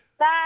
Bye